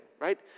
right